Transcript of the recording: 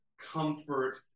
comfort